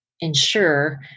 ensure